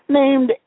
named